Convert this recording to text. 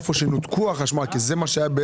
היכן שנותק החשמל זה רוב מה שהיה,